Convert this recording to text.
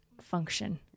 function